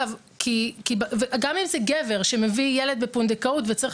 גם אם זה גבר שמביא ילד בפונדקאות וצריך